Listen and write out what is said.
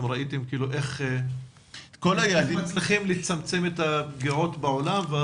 בדקתם איך מצליחים לצמצם את הפגיעות בעולם?